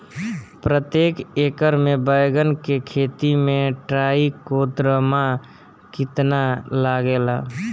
प्रतेक एकर मे बैगन के खेती मे ट्राईकोद्रमा कितना लागेला?